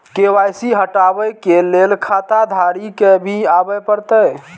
KYC हटाबै के लैल खाता धारी के भी आबे परतै?